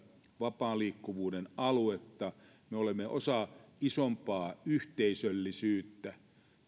vapaan liikkuvuuden aluetta me olemme osa isompaa yhteisöllisyyttä ja